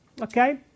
Okay